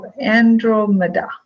Andromeda